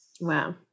Wow